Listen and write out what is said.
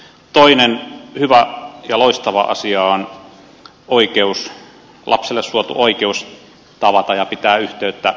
toinen hyvä ja loistava asia on lapselle suotu oikeus tavata biologisia vanhempiaan ja pitää heihin yhteyttä